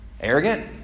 Arrogant